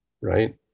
right